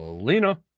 Lena